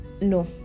no